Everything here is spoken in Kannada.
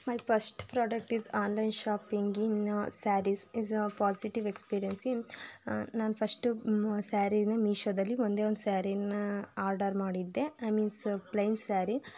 my first product is online shopping in saris is positive experience in ನಾನು ಫರ್ಸ್ಟ್ ಸ್ಯಾರೀನ ಮೀಶೋದಲ್ಲಿ ಒಂದೇ ಒಂದು ಸ್ಯಾರೀನ ಆರ್ಡರ್ ಮಾಡಿದ್ದೆ ಐ ಮೀನ್ಸ್ ಪ್ಲೈನ್ ಸ್ಯಾರಿ